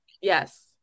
Yes